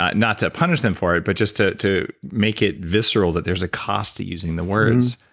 not not to punish them for it, but just to to make it visceral that there's a cost to using the words.